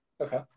Okay